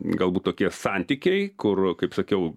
galbūt tokie santykiai kur kaip sakiau